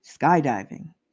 skydiving